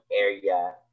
area